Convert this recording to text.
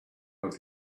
but